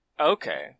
okay